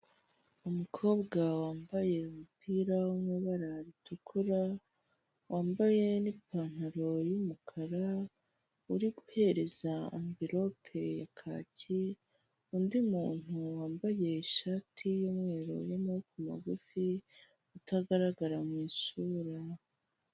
Umukobwa wambaye umupira wo mu ibara ritukura, wambaye n'ipantaro y'umukara, uri guhereza amverope ya kaki undi muntu wambaye ishati y'umweru y'amaboko magufi, utagaragara mu isura.